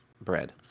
bread